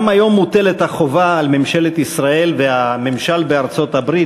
גם היום מוטלת החובה על ממשלת ישראל ועל הממשל בארצות-הברית